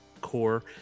core